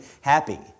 happy